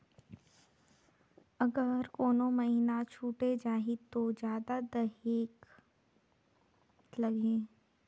अगर कोनो महीना छुटे जाही तो जादा देहेक लगही?